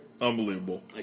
Unbelievable